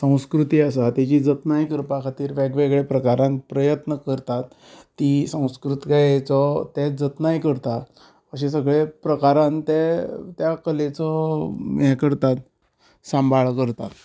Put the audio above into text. संस्कृती आसा तेजी जतनाय करपा खातीर वेगवेगळे प्रकारान प्रयत्न करतात ती संस्कृतायेचो ते जतनाय करतात अशें सगळे प्रकारान ते त्या कलेचो हे करतात सांबाळ करतात